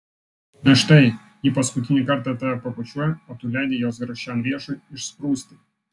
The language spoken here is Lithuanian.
na štai ji paskutinį kartą tave pabučiuoja o tu leidi jos grakščiam riešui išsprūsti